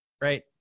Right